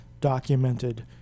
documented